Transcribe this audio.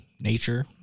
nature